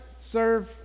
serve